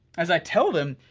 as i tell them,